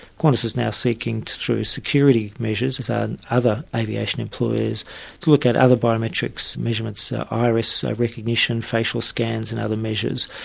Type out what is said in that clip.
qantas is now seeking through security measures with and other aviation employers to look at other biometric so measures so iris recognition, facial scans and other measures,